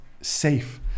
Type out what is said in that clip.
safe